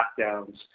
lockdowns